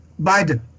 Biden